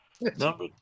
Number